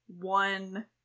one